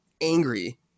angry